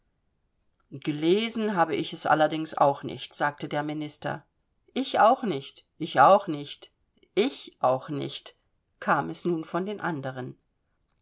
gelesen habe ich es allerdings auch nicht gestand der minister ich auch nicht ich auch nicht ich auch nicht kam es nun von den anderen